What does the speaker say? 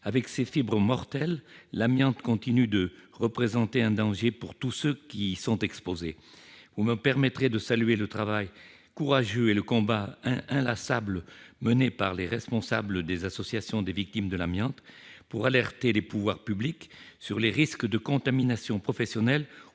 Avec ses fibres mortelles, l'amiante continue de représenter un danger pour tous ceux qui y sont exposés. Vous me permettrez de saluer le travail courageux et le combat inlassable menés par les responsables des associations des victimes de l'amiante pour alerter les pouvoirs publics sur les risques de contamination professionnelle